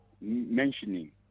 mentioning